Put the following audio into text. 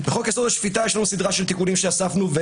בחוק-יסוד: השפיטה, יש סדרת תיקונים שאספנו.